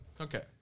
Okay